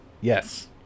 Yes